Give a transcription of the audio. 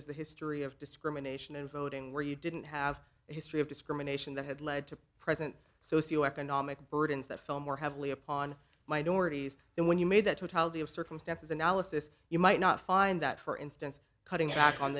as the history of discrimination in voting where you didn't have a history of discrimination that had led to present socio economic burdens that film or have lay upon minorities then when you made that totality of circumstances analysis you might not find that for instance cutting back on